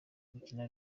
gukina